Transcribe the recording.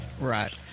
Right